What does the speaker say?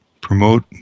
promote